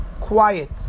quiet